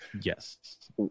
yes